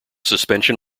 suspension